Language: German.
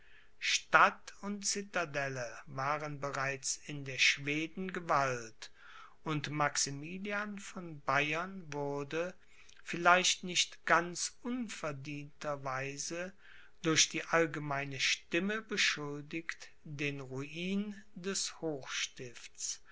stadt und citadelle waren bereits in der schweden gewalt und maximilian von bayern wurde vielleicht nicht ganz unverdienter weise durch die allgemeine stimme beschuldigt den ruin des